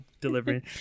delivering